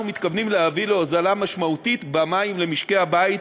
אנחנו מתכוונים להביא להוזלה משמעותית במים למשקי-הבית